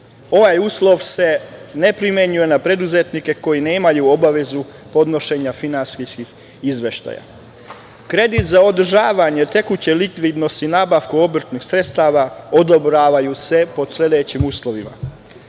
Ovaj uslov se ne primenjuje na preduzetnike koji nemaju obavezu podnošenja finansijskih izveštaja. Krediti za održavanje tekuće likvidnosti i nabavku obrtnih sredstava odobravaju se pod sledećim uslovima.